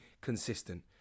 consistent